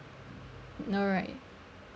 alright